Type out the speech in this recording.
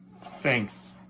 Thanks